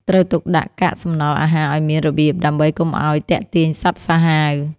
ត្រូវទុកដាក់កាកសំណល់អាហារឱ្យមានរបៀបដើម្បីកុំឱ្យទាក់ទាញសត្វសាហាវ។